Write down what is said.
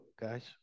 guys